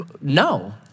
no